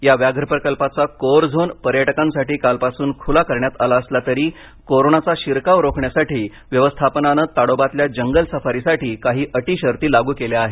या व्याघ्र प्रकल्पाचा कोअर झोन पर्यटकांसाठी कालपासून खूला करण्यात आला असला तरी कोरोनाचा शिरकाव रोखण्यासाठी व्यवस्थापनानंताडोबातल्या जंगल सफारीसाठी काही अटी शर्ती लागू केल्या आहेत